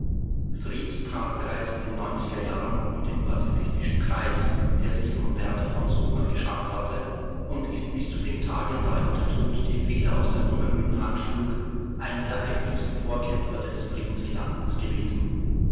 fried trat bereits in den neunziger jahren in den pazifistischen kreis der sich um bertha v suttner geschart hatte und ist bis zu dem tage da ihm der tod die feder aus der nimmermüden hand schlug einer der eifrigsten vorkämpfer des friedensgedankens gewesen